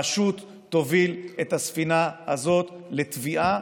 פשוט תוביל את הספינה הזאת לטביעה.